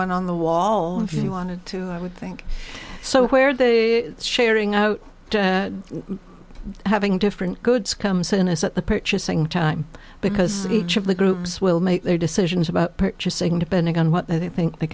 one on the wall if you wanted to i would think so where the sharing of having different goods comes in is at the purchasing time because each of the groups will make their decisions about purchasing depending on what they think they